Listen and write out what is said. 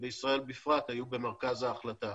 ובישראל בפרט, היו במרכז ההחלטה.